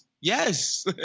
Yes